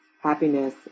happiness